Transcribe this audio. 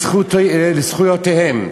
וזכויותיהם.